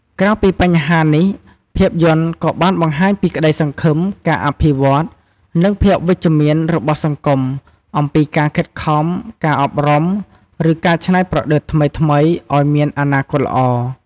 ក្រៅពីបញ្ហានេះភាពយន្តក៏បានបង្ហាញពីក្តីសង្ឃឹម ការអភិវឌ្ឍន៍ និងភាពវិជ្ជមានរបស់សង្គមអំពីការខិតខំ ការអប់រំ ឬការច្នៃប្រឌិតថ្មីៗ អោយមានអនាគតល្អ ។